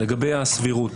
לגבי הסבירות,